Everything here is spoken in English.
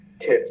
tips